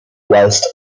whilst